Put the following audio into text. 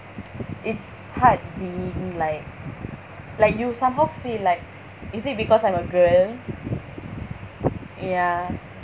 it's hard being like like you somehow feel like is it because I'm a girl ya